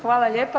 Hvala lijepa.